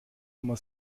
nummer